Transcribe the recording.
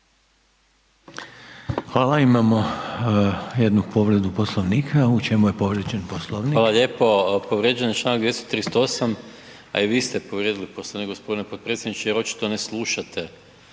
Hvala. Imamo jednu povredu Poslovnika. U čemu je povrijeđen Poslovnik? **Maras, Gordan (SDP)** Hvala lijepo. Povrijeđen je članak 238., a i vi ste povrijedili Poslovnik gospodine podpredsjedniče jer očito ne slušate